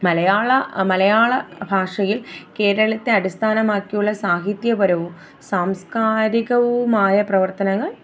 മലയാള മലയാള ഭാഷയില് കേരളത്തെ അടിസ്ഥാനമാക്കിയുള്ള സാഹിത്യപരവും സാംസ്കാരികവുമായ പ്രവര്ത്തനങ്ങള്